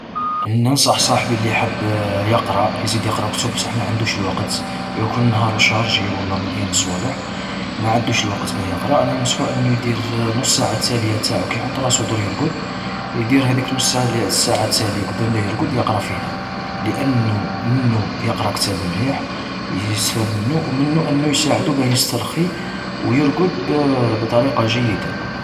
ننصح صاحبي اللي حاب يقرا، يزيد يقرا كتب، بالصح ما عندوش الوقت، يكون نهارو شارجي ولا مليان صوالح، ما عندوش الوقت باه يقرا. أنا ننصحو انو يدير نص ساعة التالية تاعو كي يحط راسو دور يرقد، يدير هذيك النص ساعة ساعة التالية قدام لا يرقد يقرا فيها. لأنو منو يقرأ كتاب مليح، ي-يستفاد منو ومنو أنو يساعدو باه يسترخي ويرقد بطريقة جيدة.